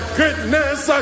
goodness